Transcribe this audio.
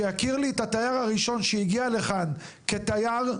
שיכיר לי את התייר הראשון שהגיע לכאן כתייר,